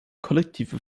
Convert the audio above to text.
kollektive